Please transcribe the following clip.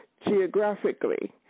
geographically